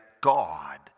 God